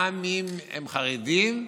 גם אם הם חרדים,